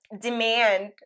demand